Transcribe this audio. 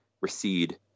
recede